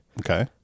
Okay